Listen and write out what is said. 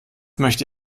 möchte